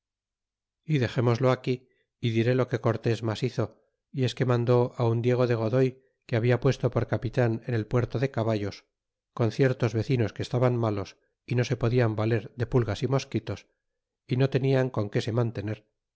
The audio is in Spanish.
y dexémoslo aquí y diré lo que cortés mas hizo y es que mandó un diego de godoy que habla puesto por capitan en el puerto de caballos con ciertos vecinos que estaban malos y no se podian valer de pulgas y mosquitos y no tenian con que se mantener